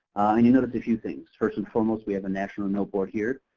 and you'll notice a few things. first and foremost, we have a national note board here.